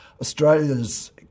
Australia's